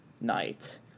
night